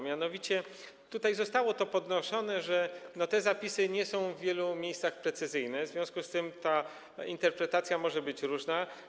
Mianowicie tutaj zostało to podniesione, że te zapisy nie są w wielu miejscach precyzyjne, w związku z czym ich interpretacja może być różna.